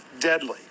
deadly